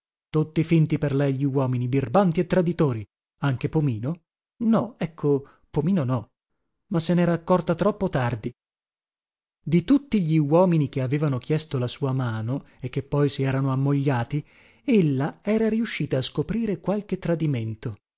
tutti finti per lei gli uomini birbanti e traditori anche pomino no ecco pomino no ma se nera accorta troppo tardi di tutti gli uomini che avevano chiesto la sua mano e che poi si erano ammogliati ella era riuscita a scoprire qualche tradimento